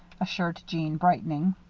assured jeanne, brightening.